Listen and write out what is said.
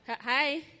Hi